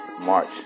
March